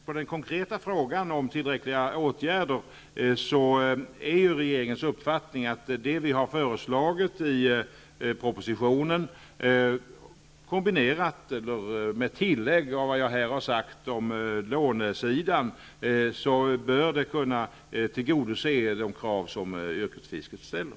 På den konkreta frågan om tillräckliga åtgärder vill jag svara att regeringens uppfattning är att förslagen i propositionen kombinerade med vad jag här har sagt om fiskerilånen bör kunna tillgodose de krav som yrkesfisket ställer.